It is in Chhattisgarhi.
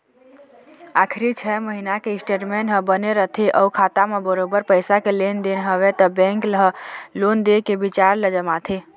आखरी छै महिना के स्टेटमेंट ह बने रथे अउ खाता म बरोबर पइसा के लेन देन हवय त बेंक ह लोन दे के बिचार ल जमाथे